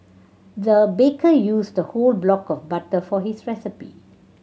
the baker used a whole block of butter for his recipe